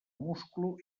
musclo